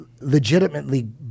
legitimately